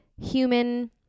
human